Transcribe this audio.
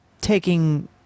taking